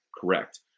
correct